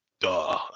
duh